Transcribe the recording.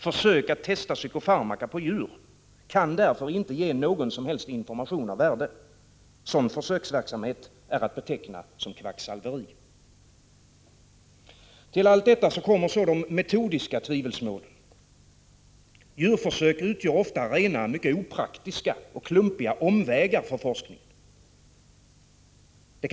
Försök att testa psykofarmaka på djur kan därför inte ge någon som helst information på värdet. Sådan försöksverksamhet är att beteckna som kvacksalveri. Till allt detta kommer så de metodiska tvivelsmålen. Djurförsök utgör ofta mycket opraktiska och klumpiga omvägar för forskningen.